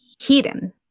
hidden